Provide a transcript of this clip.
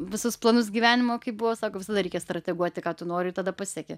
visus planus gyvenimo kaip buvo sako visada reikia strateguoti ką tu nori ir tada pasieki